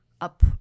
up